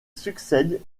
succède